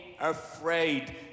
afraid